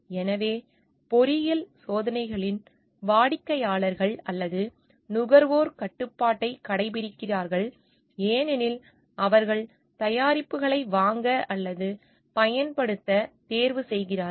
எனவே பொறியியல் சோதனைகளில் வாடிக்கையாளர்கள் அல்லது நுகர்வோர் கட்டுப்பாட்டைக் கடைப்பிடிக்கிறார்கள் ஏனெனில் அவர்கள் தயாரிப்புகளை வாங்க அல்லது பயன்படுத்தத் தேர்வு செய்கிறார்கள்